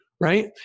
Right